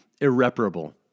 irreparable